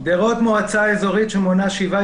גדרות היא מועצה אזורית שמונה שבעה